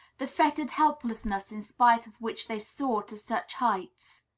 the fettered helplessness in spite of which they soar to such heights?